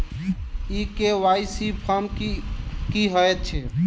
ई KYC form की हएत छै?